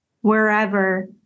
wherever